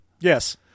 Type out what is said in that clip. Yes